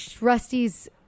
rusty's